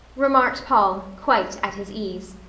remarked paul, quite at his ease.